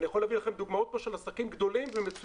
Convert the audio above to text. אני יכול להביא לכם דוגמאות של עסקים גדולים ומצוינים